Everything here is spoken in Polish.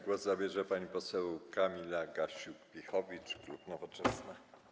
Głos zabierze pani poseł Kamila Gasiuk-Pihowicz, klub Nowoczesna.